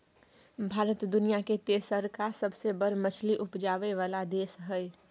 भारत दुनिया के तेसरका सबसे बड़ मछली उपजाबै वाला देश हय